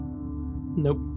Nope